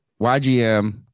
YGM